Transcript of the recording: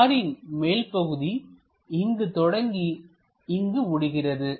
காரின் மேல் பகுதி இங்கு தொடங்கி இங்கு முடிகிறது